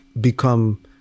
become